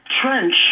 trench